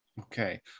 Okay